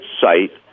site